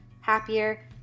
happier